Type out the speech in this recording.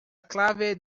clave